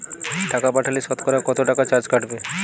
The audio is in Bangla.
টাকা পাঠালে সতকরা কত টাকা চার্জ কাটবে?